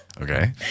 okay